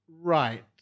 Right